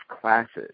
classes